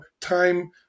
time